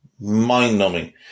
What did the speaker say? Mind-numbing